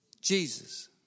Jesus